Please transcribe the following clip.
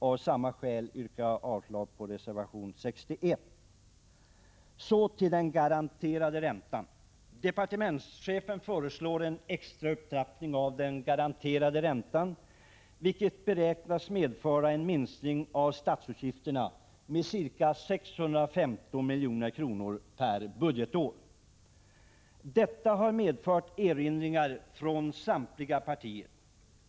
Av samma skäl yrkar jag avslag på reservation 61. Så till den garanterade räntan. Departementschefen föreslår en extra upptrappning av den garanterade räntan, vilket beräknas medföra en minskning av statsutgifterna med ca 615 milj.kr. per budgetår. Detta har föranlett erinringar från samtliga partier.